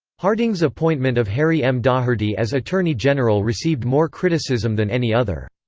harding's appointment of harry m. daugherty as attorney general received more criticism than any other.